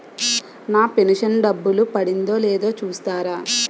నా pension డబ్బులు పడిందో లేదో చూస్తారా?